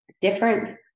different